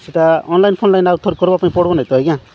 ସେଇଟା ଅନ୍ଲାଇନ୍ ଫନ୍ଲାଇନ୍ ଆଉ ଥରେ କରବା ପାଇଁ ପଡ଼ିବ ନାହିଁ ତ ଆଜ୍ଞା